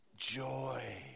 joy